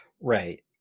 right